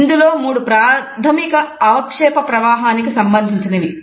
"ఇందులో మూడు ప్రాథమిక అవక్షేప ప్రవాహానికి సంబంధించినవి